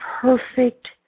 perfect